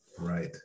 Right